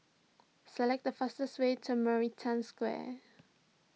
select the fastest way to Maritime Square